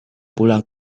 pulang